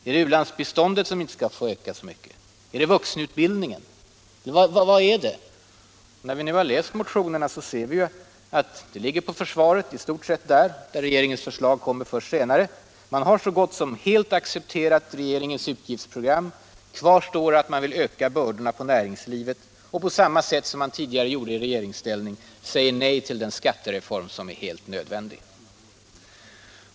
Var det u-landsbiståndet som inte skulle få öka så mycket? Var det vuxenutbildningen? När vi nu har läst motionerna ser vi att inskränkningarna ligger på försvaret, där regeringens förslag kommer först senare. Man har så gott som helt accepterat regeringens utgiftsprogram. Kvar står att man vill öka bördorna på näringslivet och, på samma sätt som man gjorde tidigare i regeringsställning, säger nej till den skattereform som är helt nödvändig.